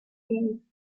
came